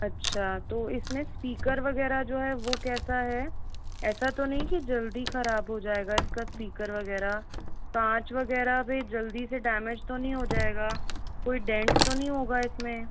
अच्छा तो इसमे स्पीकर वगैरह जो है वह कैसा है ऐसा तो नहीं की जल्दी ख़राब हो जाएगा इसका स्पीकर वगैरह काँच वगैरह भी जल्दी से डैमेज तो नहीं हो जाएगा कोई डेन्ट तो नहीं होगा इसमें